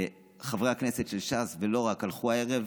חברי הכנסת של ש"ס, ולא רק, הלכו הערב,